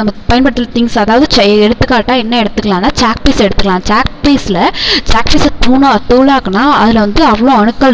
நம்ம பயன்படுத்துகிற திங்க்ஸ் அதாவது சை எடுத்துக்காட்டாக என்ன எடுத்துக்கலாம்னா சாக் பீஸ் எடுத்துக்கலாம் சாக்பீஸ்ல சாக்பீஸை தூளாக தூளாக்குனால் அதில் வந்து அவ்வளோ அணுக்கள் இருக்கும்